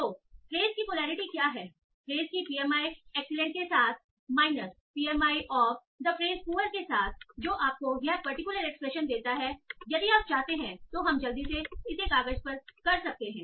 तोफ्रेस की पोलैरिटी क्या है फ्रेस की पीएमआई एक्सीलेंट के साथ minus PMI of the phrase poor के साथ जो आपको यह पार्टीकूलर एक्सप्रेशन देता है यदि आप चाहते हैं तो हम जल्दी से इसे कागज पर कर सकते हैं